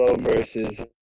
versus